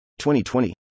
2020